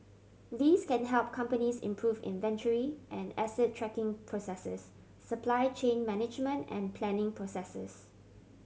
these can help companies improve inventory and asset tracking processes supply chain management and planning processes